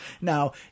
Now